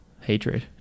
hatred